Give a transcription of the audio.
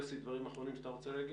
יוסי, דברים אחרונים שאתה רוצה להגיד?